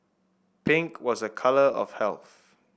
pink was a colour of health